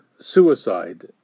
suicide